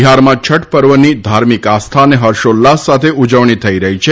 બિહારમાં છઠ પર્વની ધાર્મિક આસ્થા અને હર્ષોલ્લાસ સાથે ઉજવણી થઇ રહી છે